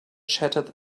shattered